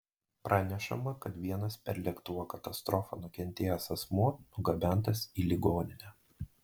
pranešama kad vienas per lėktuvo katastrofą nukentėjęs asmuo nugabentas į ligoninę